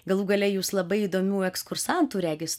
galų gale jūs labai įdomių ekskursantų regis